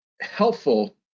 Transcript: helpful